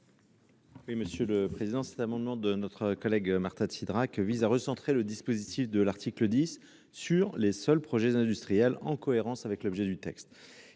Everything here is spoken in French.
Oui, monsieur le Président, cet amendement de notre collègue Marta de Cidrac vise à recentrer le dispositif de l'article 10 sur les seuls projets industriels en cohérence avec l'objet du texte.